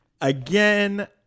again